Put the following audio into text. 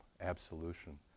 absolution